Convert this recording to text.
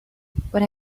what